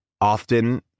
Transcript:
often